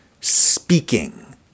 speaking